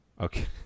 okay